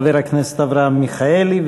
חבר הכנסת אברהם מיכאלי,